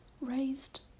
raised